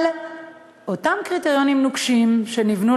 אבל אותם קריטריונים נוקשים שנבנו,